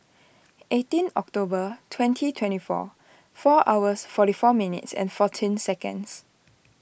eighteen October twenty twenty four four hours forty four minutes and fourteen seconds